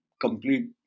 complete